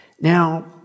Now